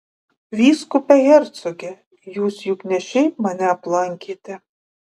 vyskupe hercoge jūs juk ne šiaip mane aplankėte